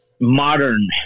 modern